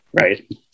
right